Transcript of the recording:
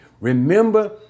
Remember